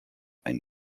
ein